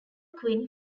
quinn